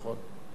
נכון.